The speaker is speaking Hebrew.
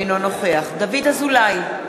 אינו נוכח דוד אזולאי,